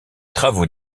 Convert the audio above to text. travaux